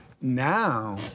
Now